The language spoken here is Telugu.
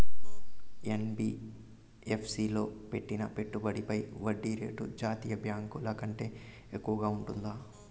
యన్.బి.యఫ్.సి లో పెట్టిన పెట్టుబడి పై వడ్డీ రేటు జాతీయ బ్యాంకు ల కంటే ఎక్కువగా ఉంటుందా?